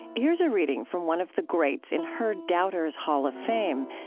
here's a reading from one of the greats in her doubters hall of fame,